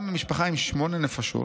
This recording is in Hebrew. גם במשפחה עם שמונה נפשות